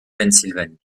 pennsylvanie